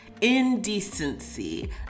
indecency